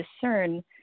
discern